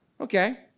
Okay